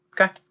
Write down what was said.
Okay